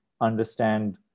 understand